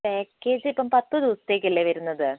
package ഇപ്പം പത്ത് ദിവസത്തേക്കല്ലേ വരുന്നത്